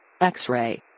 X-Ray